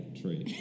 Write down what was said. tree